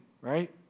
right